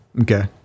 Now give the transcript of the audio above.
Okay